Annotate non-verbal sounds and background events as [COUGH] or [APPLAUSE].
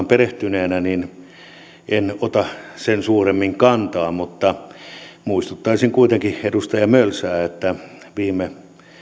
[UNINTELLIGIBLE] perehtynyt niin en ota sen suuremmin kantaa mutta muistuttaisin kuitenkin edustaja mölsälle että viime